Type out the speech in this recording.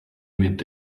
mint